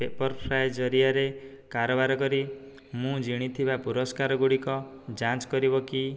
ପେପର୍ଫ୍ରାଏ ଜରିଆରେ କାରବାର କରି ମୁଁ ଜିଣିଥିବା ପୁରସ୍କାରଗୁଡ଼ିକ ଯାଞ୍ଚ୍ କରିବ କି